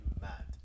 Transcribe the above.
Mad